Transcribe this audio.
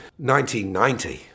1990